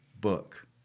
book